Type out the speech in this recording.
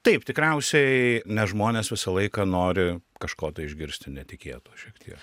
taip tikriausiai nes žmonės visą laiką nori kažko tai išgirsti netikėto šiek tie